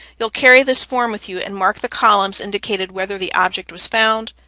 you'll carry this form with you and mark the columns indicated whether the object was found,